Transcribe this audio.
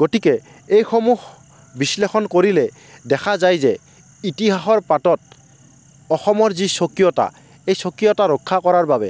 গতিকে এইসমূহ বিশ্লেষণ কৰিলে দেখা যায় যে ইতিহাসৰ পাতত অসমৰ যি স্বকীয়তা এই স্বকীয়তা ৰক্ষা কৰাৰ বাবে